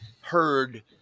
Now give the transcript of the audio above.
heard